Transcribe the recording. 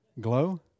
Glow